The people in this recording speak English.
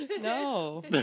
No